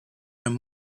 and